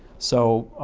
so,